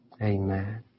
Amen